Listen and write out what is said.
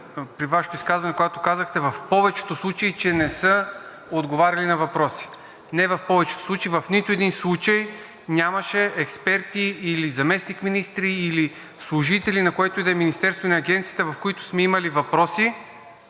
с Вашето изказване, когато казахте, че в повечето случаи не са отговаряли на въпроси. Не в повечето случаи, а в нито един нямаше експерти или заместник-министри, или служители на което и да е министерство, агенция, към които сме имали въпроси,